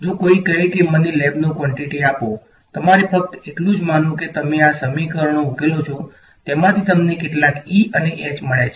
જો કોઈક કહે કે મને લેબનો કવોંટીટી આપો તમારે ફક્ત એટલું જ માનવું છે કે તમે આ સમીકરણો ઉકેલો છો તેમાંથી તમને કેટલાક E અને H મળ્યા છે